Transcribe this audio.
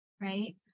right